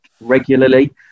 regularly